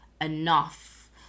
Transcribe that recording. enough